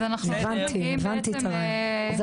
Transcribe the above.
הבנתי, הבנתי את הרעיון.